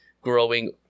growing